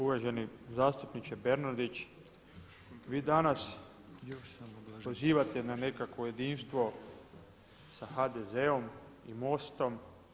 Uvaženi zastupniče Bernardić, vi danas pozivate na nekakvo jedinstvo sa HDZ-om i MOST-om.